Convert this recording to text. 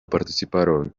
participaron